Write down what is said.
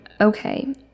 Okay